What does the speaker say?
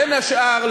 בין השאר,